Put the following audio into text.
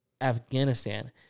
Afghanistan